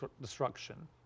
destruction